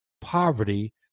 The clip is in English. poverty